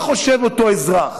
מה חושב אותו אזרח?